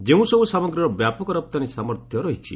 ଯେଉଁ ସବୁ ସାମଗ୍ରୀର ବ୍ୟାପକ ରପ୍ତାନୀ ସାମର୍ଥ୍ୟ ରହିଛି